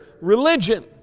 religion